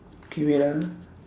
okay wait ah